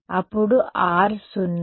అప్పుడు R సున్నా